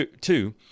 two